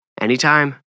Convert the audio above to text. Anytime